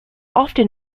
often